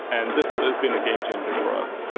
and this has been a game changer for us.